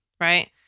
right